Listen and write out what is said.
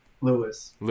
Lewis